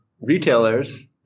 retailers